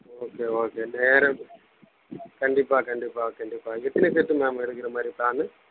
okay okay சரி நேராக கண்டிப்பாக கண்டிப்பாக கண்டிப்பாக எத்தனி பேருத்துக்கு மேம் எடுக்கிற மாதிரி பிளானு